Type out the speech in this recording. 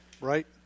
right